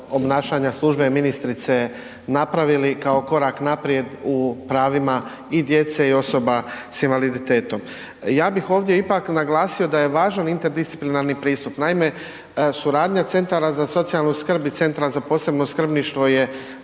obnašanja službe ministrice napravili kao korak naprijed u pravima i djece i osoba s invaliditetom. Ja bih ovdje ipak naglasio da je važan interdisciplinarni pristup. Naime, suradnja centara za socijalnu skrb i Centra za posebno skrbništvo je